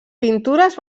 pintures